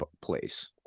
place